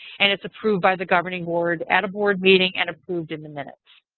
and it's approved by the governing board at a board meeting and approved in the minutes.